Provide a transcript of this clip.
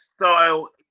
style